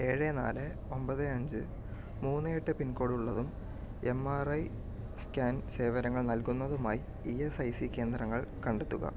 ഏഴ് നാല് ഒൻപത് അഞ്ച് മൂന്ന് എട്ട് പിൻകോഡുഉള്ളതും എംആർഐ സ്കാൻ സേവനങ്ങൾ നൽകുന്നതുമായി ഇഎസ്ഐസി കേന്ദ്രങ്ങൾ കണ്ടെത്തുക